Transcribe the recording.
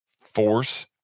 Force